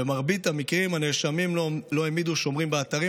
במרבית המקרים הנאשמים לא העמידו שומרים באתרים